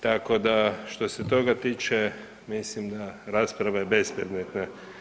Tako da što se toga tiče mislim da rasprava je bespredmetna.